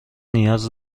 نیاز